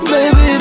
Baby